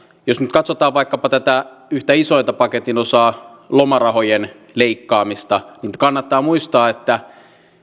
jos nyt katsotaan vaikkapa tätä yhtä isointa paketin osaa lomarahojen leikkaamista kannattaa muistaa että